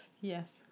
yes